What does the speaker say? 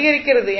அதிகரிக்கிறது